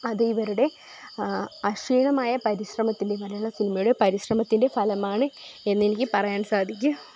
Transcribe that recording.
അതിവരുടെ അക്ഷീണമായ പരിശ്രമത്തിൻറെയും മലയാള സിനിമയുടെ പരിശ്രമത്തിൻ്റെ ഫലമാണ് എന്ന് എനിക്ക് പറയാൻ സാധിക്കും